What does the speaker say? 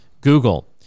Google